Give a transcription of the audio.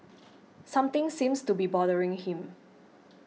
something seems to be bothering him